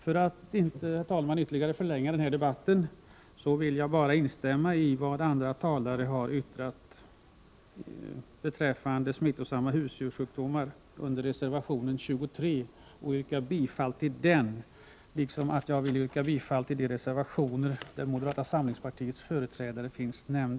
För att inte ytterligare förlänga denna debatt vill jag bara instämma i vad andra talare har yttrat beträffande bekämpningen av smittsamma husdjurssjukdomar och reservation 23. Jag yrkar bifall till denna reservation liksom till de övriga reservationer där moderata samlingspartiets företrädare finns med.